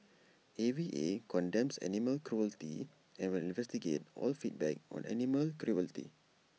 A V A condemns animal cruelty and will investigate all feedback on animal cruelty